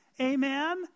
Amen